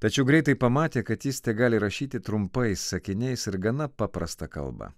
tačiau greitai pamatė kad jis tegali rašyti trumpais sakiniais ir gana paprasta kalba